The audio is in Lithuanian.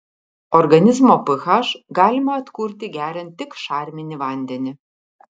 organizmo ph galima atkurti geriant tik šarminį vandenį